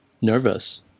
nervous